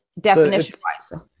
definition-wise